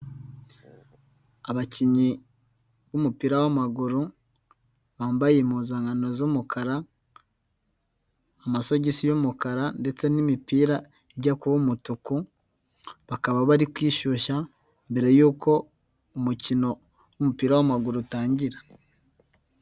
Abakinnyi b'umupira wamaguru bambaye impuzankano z'umukara, amasogisi y'umukara ndetse n'imipira ijya kuba umutuku, bakaba bari kwishyushya mbere y'uko umukino w'umupira w'amaguru utangira.